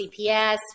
CPS